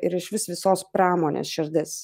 ir išvis visos pramonės širdis